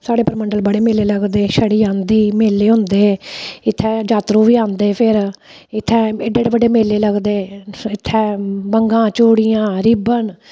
साढ़े परमंडल बड़े मेले लगदे छड़ी औंदी मेले होंदे इत्थै यात्रु बी औंदे फिर इत्थै एड्डे एड्डे बड्डे मेले लगदे इत्थै बंगा चूड़ियां रीबन